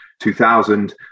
2000